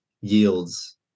yields